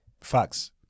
Facts